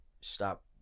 stop